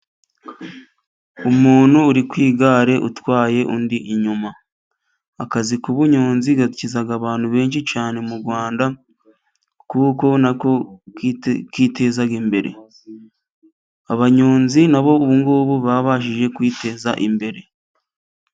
Umuntu uri ku igare utwaye undi inyuma, akazi kubunyonzi gakizaga abantu benshi cyane mu Rwanda kuko nako kiteza imbere, abanyonzi nabo ubu babashije kwiteza imbere.